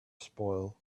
spoil